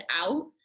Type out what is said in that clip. out